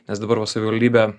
nes dabar va savivaldybė